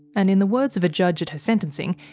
and in the words of a judge at her sentencing,